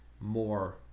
more